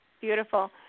Beautiful